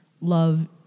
love